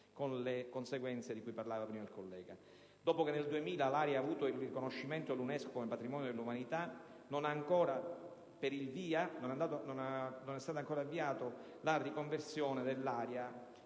Dopo che nel 2000 l'area ha avuto il riconoscimento dell'UNESCO come patrimonio dell'umanità, non è stata ancora avviata la riconversione dell'area